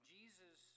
Jesus